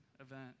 event